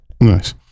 Nice